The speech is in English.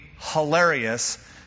hilarious